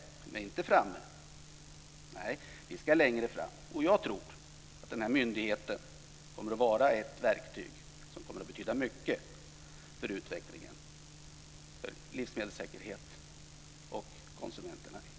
Vi är inte framme än utan vi ska längre. Jag tror att myndigheten kommer att vara ett betydelsefullt verktyg för utvecklingen inom livsmedelssäkerhet och för konsumenterna i Europa.